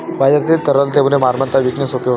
बाजारातील तरलतेमुळे मालमत्ता विकणे सोपे होते